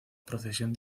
procesión